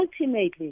ultimately